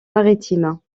maritimes